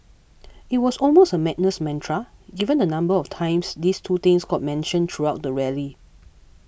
it was almost a madness mantra given the number of times these two things got mentioned throughout the rally